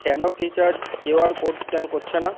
কেন Freecharge QR code scan করছে না